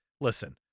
listen